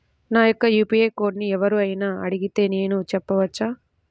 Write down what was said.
నా యొక్క యూ.పీ.ఐ కోడ్ని ఎవరు అయినా అడిగితే నేను చెప్పవచ్చా?